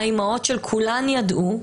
האימהות של כולן ידעו,